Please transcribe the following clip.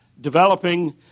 developing